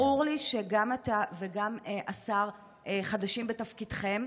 ברור לי שגם אתה וגם השר חדשים בתפקידכם.